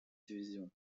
division